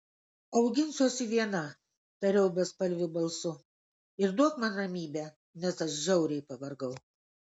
auginsiuosi viena tariau bespalviu balsu ir duok man ramybę nes aš žiauriai pavargau